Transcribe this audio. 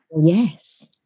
Yes